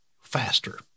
faster